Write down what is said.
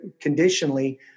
conditionally